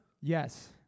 Yes